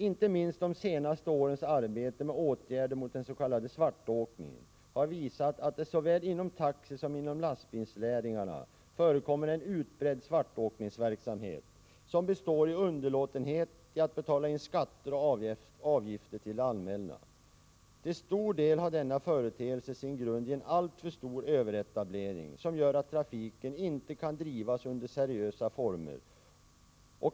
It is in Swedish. Inte minst de senaste årens arbete med åtgärder mot den s.k. svartåkningen har visat att det såväl inom taxi som inom lastbilsnäringarna förekommer en utbredd svartåkningsverksamhet som består i underlåtenhet att betala in skatter och avgifter till det allmänna. Till stor del har denna företeelse sin grund i en alltför stor överetablering som gör att trafiken inte kan drivas under seriösa former.